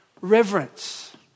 Reverence